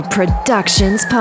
Productions